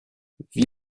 wie